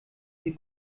sie